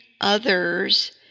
others